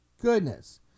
goodness